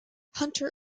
hunter